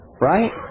right